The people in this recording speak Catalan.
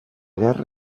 guerra